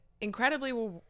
incredibly